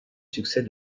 succès